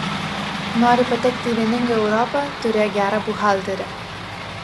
nori patekti į vieningą europą turėk gerą buhalterį